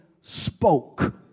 spoke